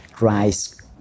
rice